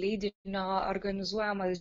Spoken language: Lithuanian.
leidinio organizuojamas